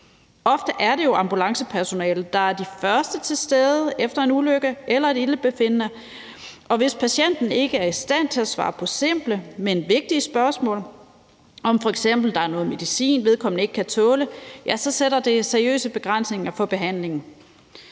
Ofte er det jo ambulancepersonalet, der er de første til stede efter en ulykke eller et ildebefindende, og hvis patienten ikke er i stand til at svare på simple, men vigtige spørgsmål, f.eks. om, om der er noget medicin, vedkommende ikke kan tåle, ja, så sætter det seriøse begrænsninger for behandlingen.